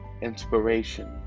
inspiration